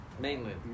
Mainland